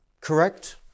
correct